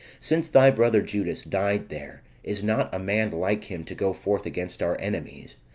since thy brother judas died there is not a man like him to go forth against our enemies,